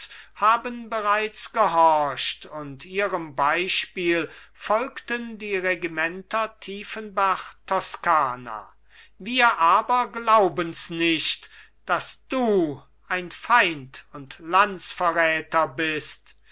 haben bereits gehorcht und ihrem beispiel folgten die regimenter tiefenbach toscana wir aber glaubens nicht daß du ein feind und landsverräter bist